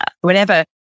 whenever